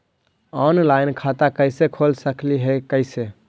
Online खाता कैसे खोल सकली हे कैसे?